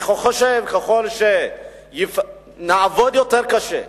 אני חושב שככל שנעבוד יותר קשה,